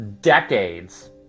decades